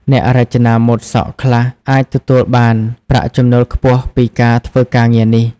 អ្នករចនាម៉ូដសក់ខ្លះអាចទទួលបានប្រាក់ចំណូលខ្ពស់ពីការធ្វើការងារនេះ។